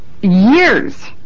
years